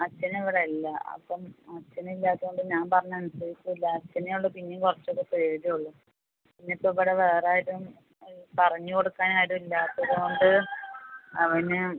അച്ഛൻ ഇവിടെ ഇല്ല അപ്പം അച്ഛൻ ഇല്ലാത്തതുകൊണ്ട് ഞാൻ പറഞ്ഞാൽ അനുസരിക്കുകയില്ല അച്ഛനെ ഉള്ളൂ പിന്നെയും കുറച്ചുകൂടെ പേടിയുള്ളൂ പിന്നെ ഇപ്പം ഇവിടെ വേറെ ആരും പറഞ്ഞ് കൊടുക്കാൻ ആരുമില്ലാത്തതുകൊണ്ട് അവന്